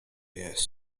jest